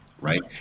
right